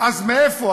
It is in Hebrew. אז מאיפה?